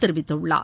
தெிவித்துள்ளார்